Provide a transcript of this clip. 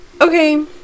okay